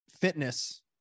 fitness